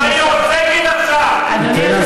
הפרעת מספיק בוועדה.